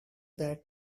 that